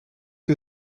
que